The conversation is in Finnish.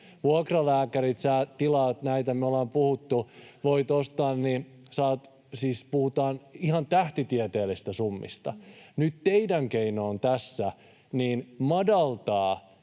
vuokralääkäreitä, mistä ollaan puhuttu, mitä voi ostaa, niin puhutaan siis ihan tähtitieteellisistä summista. Nyt teidän keinonne on tässä madaltaa